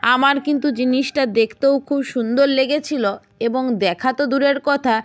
আমার কিন্তু জিনিসটা দেখতেও খুব সুন্দর লেগেছিল এবং দেখা তো দূরের কথা